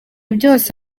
byose